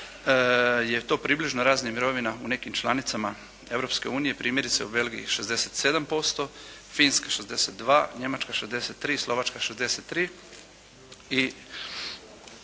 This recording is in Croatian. je to približno razini mirovina u nekim članicama Europske unije primjerice u Belgiji 67%, Finska 62, Njemačka 63, Slovačka 63